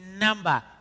number